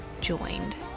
joined